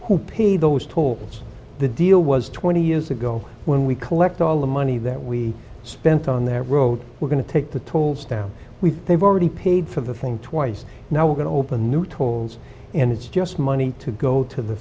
who pay those tolls the deal was twenty years ago when we collect all the money that we spent on that road we're going to take the tolls down we they've already paid for the thing twice now we're going to open a new tolls and it's just money to go to the